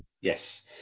Yes